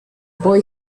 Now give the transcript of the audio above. boy